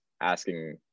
asking